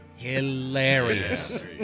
hilarious